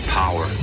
power